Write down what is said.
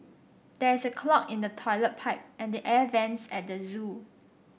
there is a clog in the toilet pipe and the air vents at the zoo